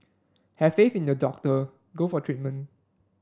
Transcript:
have faith in your doctor go for treatment